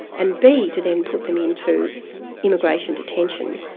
and b to then put them into immigration detention,